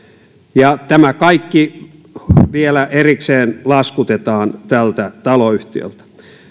ja tämä kaikki vielä erikseen laskutetaan tältä taloyhtiöltä